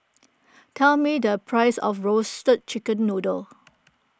tell me the price of Roasted Chicken Noodle